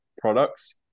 products